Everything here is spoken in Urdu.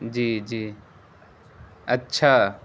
جی جی اچھا